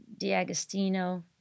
Diagostino